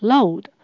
Load